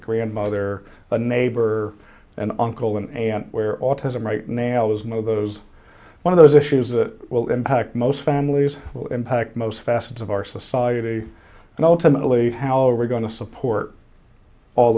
grandmother a neighbor an uncle and aunt where autism right now is no those one of those issues that will impact most families will impact most facets of our society and ultimately how are we going to support all